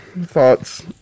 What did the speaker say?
thoughts